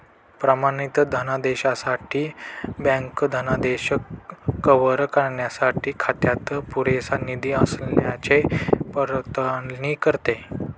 प्रमाणित धनादेशासाठी बँक धनादेश कव्हर करण्यासाठी खात्यात पुरेसा निधी असल्याची पडताळणी करते